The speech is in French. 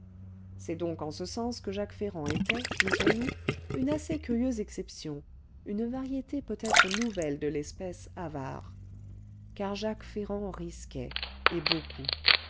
c'est donc en ce sens que jacques ferrand était disons-nous une assez curieuse exception une variété peut-être nouvelle de l'espèce avare car jacques ferrand risquait et beaucoup